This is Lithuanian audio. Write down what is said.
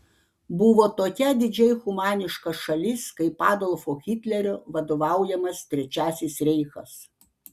buvo tokia didžiai humaniška šalis kaip adolfo hitlerio vadovaujamas trečiasis reichas